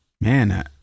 Man